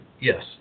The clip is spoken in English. yes